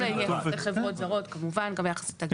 זה גם ביחס לחברות זרות וגם ביחס לתאגידים.